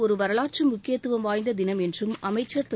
ஒரு வரலாற்று முக்கியத்துவம் வாய்ந்த தினம் என்றும் அமைச்சர் திரு